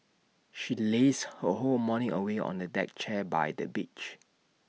she lazed her whole morning away on A deck chair by the beach